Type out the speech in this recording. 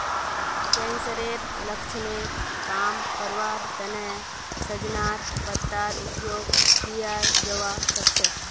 कैंसरेर लक्षणक कम करवार तने सजेनार पत्तार उपयोग कियाल जवा सक्छे